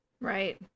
Right